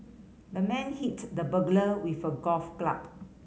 the man hit the burglar with a golf club